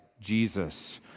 Jesus